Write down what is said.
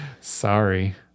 Sorry